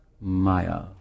maya